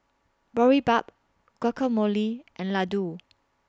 Boribap Guacamole and Ladoo